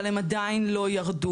אבל הם עדיין לא ירדו.